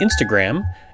Instagram